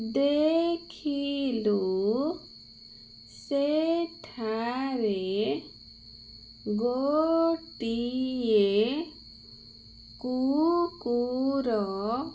ଦେଖିଲୁ ସେଠାରେ ଗୋଟିଏ କୁକୁର